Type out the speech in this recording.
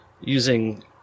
using